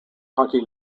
hockey